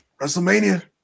WrestleMania